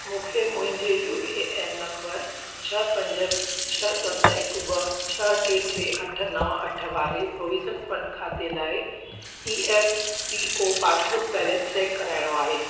मूंखे मुंहिंजे U A N number छह पंज छह सत हिकु ॿ छह टे टे अठ नव अठ वारे प्राविडन्ट फंड खाते लाइ E F P O passbook balance check कराइणो आहे